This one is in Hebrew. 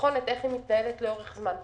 לבחון איך מתנהלת לאורך זמן,